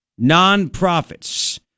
nonprofits